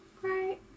Great